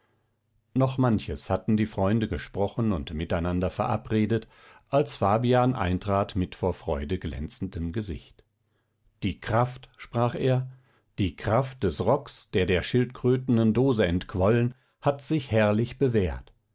noch manches hatten die freunde gesprochen und miteinander verabredet als fabian eintrat mit vor freude glänzendem gesicht die kraft sprach er die kraft des rocks der der schildkrötenen dose entquollen hat sich herrlich bewährt